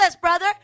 brother